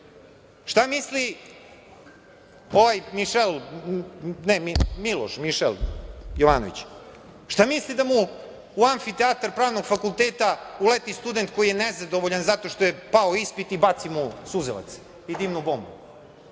ne, Miloše, Mišel Jovanović, šta misli da mu amfiteatar Pravnog fakulteta uleti student koji je nezadovoljan zato što je nezadovoljan pao ispit i baci mu suzavac i dimnu bombu,